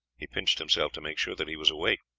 he pinched himself to make sure that he was awake.